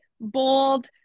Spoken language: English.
bold